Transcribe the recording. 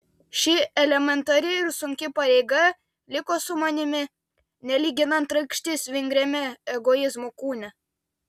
ši elementari ir sunki pareiga liko su manimi nelyginant rakštis vingriame egoizmo kūne